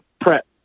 prep